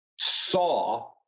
saw